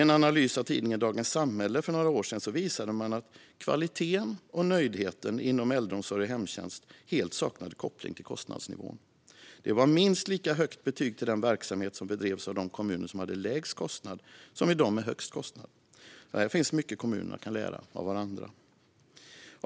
En analys i tidningen Dagens Samhälle för några år sedan visade att kvaliteten och nöjdheten inom äldreomsorg och hemtjänst helt saknade koppling till kostnadsnivån. Det var minst lika högt betyg till den verksamhet som bedrevs av de kommuner som hade lägst kostnad som i dem med högst kostnad. Här finns mycket som kommunerna kan lära av varandra.